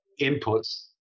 inputs